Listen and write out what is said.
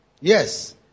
yes